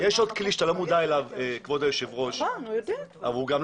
יש עוד כלי שאתה לא מודע אליו והוא גם לא